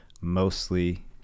mostly